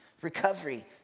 Recovery